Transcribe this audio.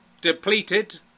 depleted